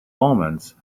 omens